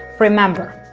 remember!